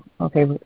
okay